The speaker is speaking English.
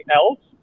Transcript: else